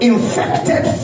Infected